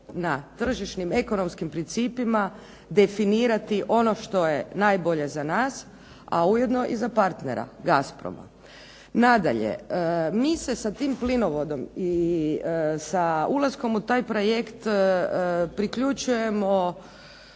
na tržišnim ekonomskim principima definirati ono što je najbolje za nas, a ujedno i za partnera Gazproma. Nadalje, mi se sa tim plinovodom i sa ulaskom u taj projekt priključujemo